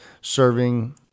serving